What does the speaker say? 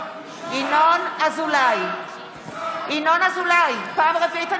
ינון אזולאי, פעם רביעית.